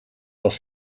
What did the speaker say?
als